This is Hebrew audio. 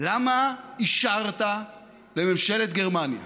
למה אישרת לממשלת גרמניה